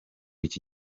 iki